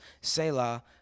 Selah